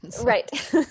Right